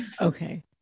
Okay